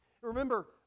Remember